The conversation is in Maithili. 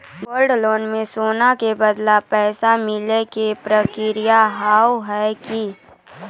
गोल्ड लोन मे सोना के बदले पैसा मिले के प्रक्रिया हाव है की?